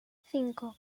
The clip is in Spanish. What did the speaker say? cinco